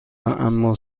اما